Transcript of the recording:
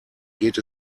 geht